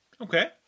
okay